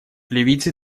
ливийцы